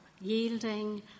yielding